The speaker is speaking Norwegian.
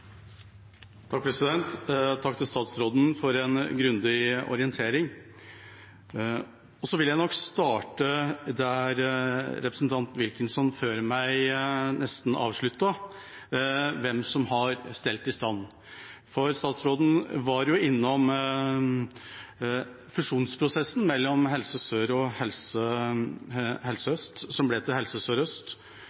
Takk til statsråden for en grundig orientering. Jeg vil starte der representanten Wilkinson avsluttet, med hvem som har stelt i stand dette. Statsråden var innom fusjonsprosessen mellom Helse Sør og Helse Øst, som ble til Helse